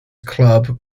club